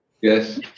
Yes